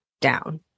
down